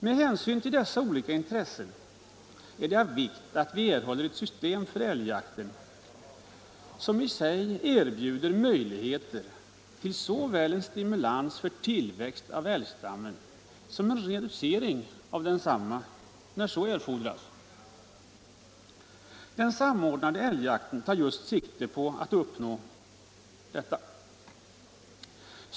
Med hänsyn till dessa olika intressen är det av vikt att vi erhåller ett system för älgjakten, som i sig erbjuder möjligheter till såväl en stimulans för tillväxt av älgstammen som en reducering av densamma när så erfordras. Den samordnade älgjakten tar just sikte på detta.